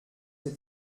cet